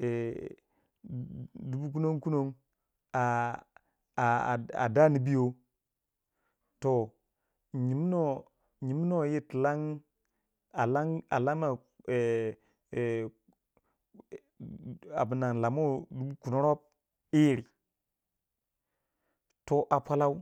yidubu kunon kunon a a a da nibiyo toh nyininuwa nyininuwa yir ti lan a lan alanma e landuwiyo dubu kunorob yi iri toh a polau.